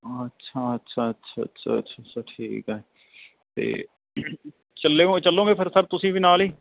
ਅੱਛਾ ਅੱਛਾ ਅੱਛਾ ਅੱਛਾ ਅੱਛਾ ਅੱਛਾ ਠੀਕ ਹੈ ਅਤੇ ਚੱਲੇ ਹੋ ਚੱਲੋਗੇ ਫਿਰ ਸਰ ਤੁਸੀਂ ਵੀ ਨਾਲ ਹੀ